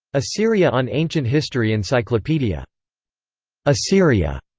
assyria on ancient history encyclopedia assyria,